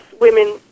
women